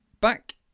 Back